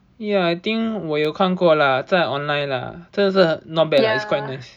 ya I think 我有看过啦在 online lah 真的是 not bad lah it is quite nice